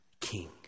King